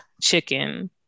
chicken